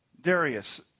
Darius